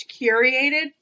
curated